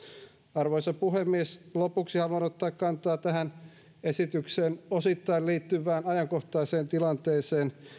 arvoisa puhemies lopuksi haluan ottaa kantaa tähän esitykseen osittain liittyvään ajankohtaiseen tilanteeseen